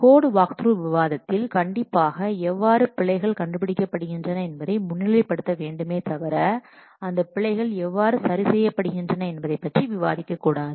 code walkthrough விவாதத்தில் கண்டிப்பாக எவ்வாறு பிழைகள் கண்டுபிடிக்கப்படுகின்றன என்பதை முன்னிலைப்படுத்த வேண்டுமே தவிர அந்தப் பிழைகள் எவ்வாறு சரி செய்யப்படுகின்றன என்பதை பற்றி விவாதிக்கக் கூடாது